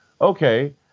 okay